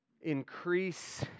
increase